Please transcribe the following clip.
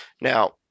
Now